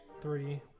three